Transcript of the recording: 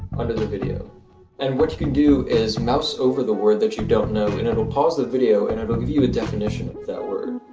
under the video and what you do is mouse over the word that you don't know and it will pause the video and it will give you the definition of that word.